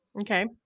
Okay